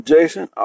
Jason